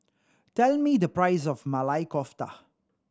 tell me the price of Maili Kofta